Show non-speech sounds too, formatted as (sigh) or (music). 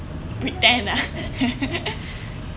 pretend ah (laughs)